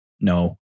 no